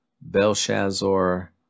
Belshazzar